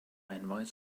invites